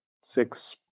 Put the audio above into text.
six